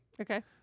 Okay